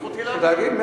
זכותי להגיב.